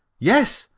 yes,